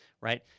right